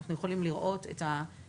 אנחנו יכולים לראות את הרשויות